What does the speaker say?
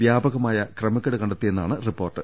വ്യാപകമായ ക്രമക്കേട് കണ്ടെത്തിയെന്നാണ് റിപ്പോർട്ട്